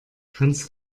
kannst